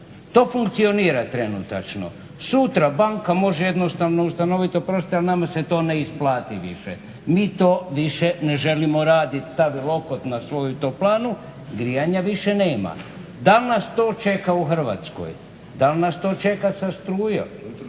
To funkcionira trenutačno. Sutra banka može jednostavno ustanoviti oprostite ali nama se to ne isplati više, mi to više ne želimo raditi, stavi lokot na svoju toplanu, grijanja više nema. Dal' nas to čeka u Hrvatskoj? Dal' nas to čeka sa strujom?